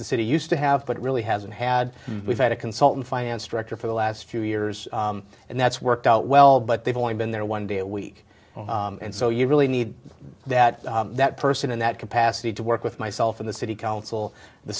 the city used to have but really hasn't had we've had a consultant finance director for the last few years and that's worked out well but they've only been there one day a week and so you really need that that person in that capacity to work with myself in the city council the